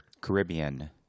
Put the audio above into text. Caribbean